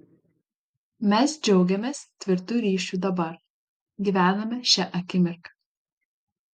mes džiaugiamės tvirtu ryšiu dabar gyvename šia akimirka